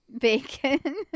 bacon